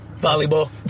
Volleyball